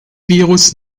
virus